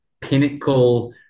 pinnacle